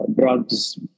drugs